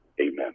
Amen